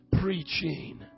preaching